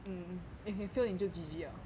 mm if you fail 你就 G_G liao